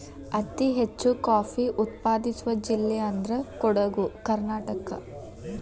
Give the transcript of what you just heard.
ಅತಿ ಹೆಚ್ಚು ಕಾಫಿ ಉತ್ಪಾದಿಸುವ ಜಿಲ್ಲೆ ಅಂದ್ರ ಕೊಡುಗು ಕರ್ನಾಟಕ